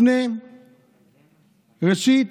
ראשית,